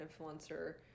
influencer